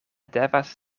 devas